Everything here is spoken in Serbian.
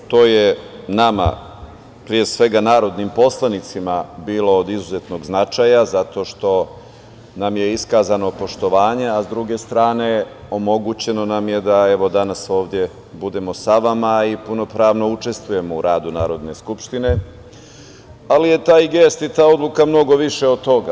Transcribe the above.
To je nama, pre svega narodnim poslanicima, bilo od izuzetnog značaja, zato što nam je iskazano poštovanje, a s druge strane, omogućeno nam je da evo danas ovde budemo sa vama i punopravno učestvujemo u radu Narodne skupštine, ali je taj gest i ta odluka mnogo više od toga.